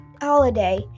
holiday